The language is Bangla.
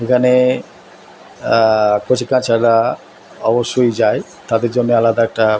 এখানে কচিকাঁচারা অবশ্যই যায় তাদের জন্যে আলাদা একটা